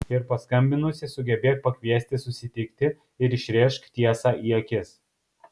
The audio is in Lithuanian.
ir paskambinusi sugebėk pakviesti susitikti ir išrėžk tiesą į akis